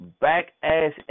back-ass